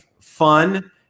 fun